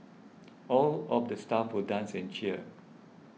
all of the staff will dance and cheer